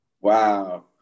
Wow